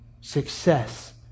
success